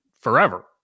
forever